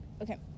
okay